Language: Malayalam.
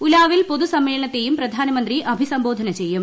ഉലാവിൽ പൊതുസമ്മേളനത്തെയും പ്രധാനമന്ത്രി അഭിസംബോധന ചെയ്യും